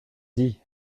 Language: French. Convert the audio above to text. dit